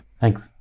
Thanks